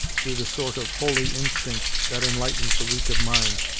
through the sort of holy instinct that enlightens the weak of mind,